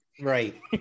Right